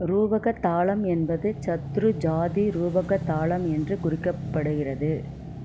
ரூபக தாளம் என்பது சத்துரு ஜாதி ரூபக தாளம் என்று குறிக்கப்படுகிறது